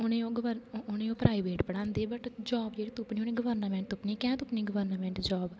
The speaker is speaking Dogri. उंहेगी ओह् प्राईवेट पांदे ते जाॅव जेहडी तुप्पनी ओह् गवर्नामेंट तुप्पनी कैंह् तुप्पनी गवर्नामेंट जाॅव